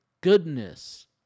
goodness